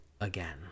again